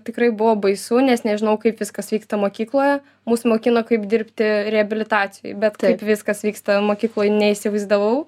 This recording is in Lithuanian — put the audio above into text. tikrai buvo baisu nes nežinau kaip viskas vyksta mokykloje mus mokino kaip dirbti reabilitacijoj bet kaip viskas vyksta mokykloj neįsivaizdavau